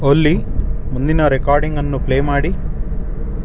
ಒಲ್ಲಿ ಮುಂದಿನ ರೆಕಾರ್ಡಿಂಗನ್ನು ಪ್ಲೇ ಮಾಡಿ